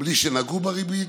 בלי שנגעו בריבית.